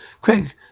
Craig